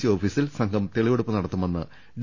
C ഓഫീ സിൽ സംഘം തെളിവെടുപ്പ് നടത്തുമെന്ന് ഡി